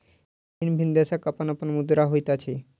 भिन्न भिन्न देशक अपन अपन मुद्रा होइत अछि